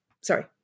Sorry